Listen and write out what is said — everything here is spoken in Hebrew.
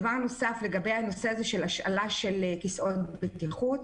לגבי הנושא של השאלה של כיסאות בטיחות.